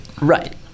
Right